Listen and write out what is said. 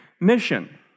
mission